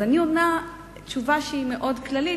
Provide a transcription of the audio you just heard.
אני עונה תשובה מאוד כללית,